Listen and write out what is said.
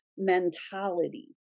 mentality